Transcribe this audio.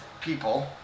people